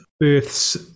births